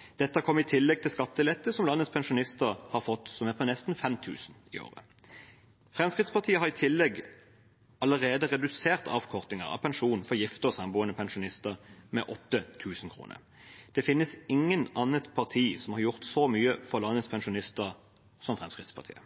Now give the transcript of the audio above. i tillegg til skattelette som landets pensjonister har fått, som er på nesten 5 000 kr i året. Fremskrittspartiet har i tillegg allerede redusert avkortingen av pensjonen for gifte og samboende pensjonister med 8 000 kr. Det finnes intet annet parti som har gjort så mye for landets pensjonister som Fremskrittspartiet.